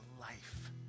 life